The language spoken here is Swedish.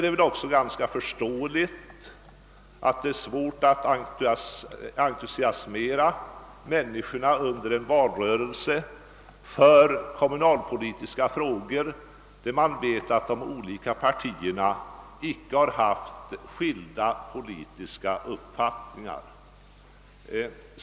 Det är därför ganska förståeligt att det är svårt att entusiasmera människorna under en valrörelse för kommunalpolitiska frågor när man vet att de olika partierna icke haft skilda politiska uppfattningar.